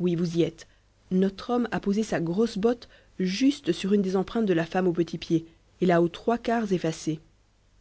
oui vous y êtes notre homme a posé sa grosse botte juste sur une des empreintes de la femme au petit pied et l'a aux trois quarts effacée